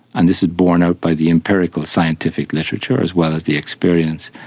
and this is borne out by the empirical scientific literature as well as the experience,